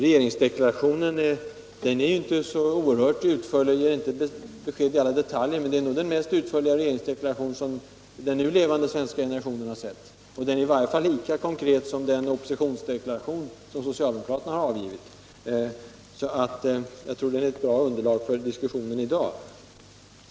Regeringsdeklarationen är inte så utförlig i alla detaljer, men det är den mest utförliga regeringsdeklaration den nu levande svenska generationen har sett, och den är i varje fall lika utförlig som den oppositionsdeklaration socialdemokraterna har avgivit. Jag tror alltså att den är ett bra underlag för diskussionen här i dag.